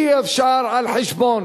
אי-אפשר על חשבון